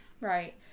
right